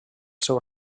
seu